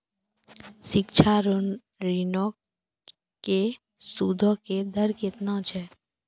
शिक्षा ऋणो के सूदो के दर केतना छै?